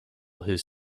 his